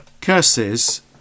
Curses